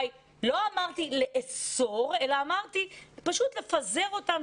לא אמרתי לאסור אלא אמרתי פשוט לפזר אותם,